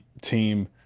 team